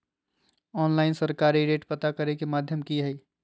Online सरकारी rate पता करे के माध्यम की हय?